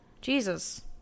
Jesus